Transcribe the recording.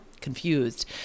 confused